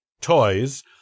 toys